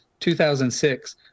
2006